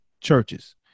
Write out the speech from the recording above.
churches